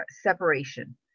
separation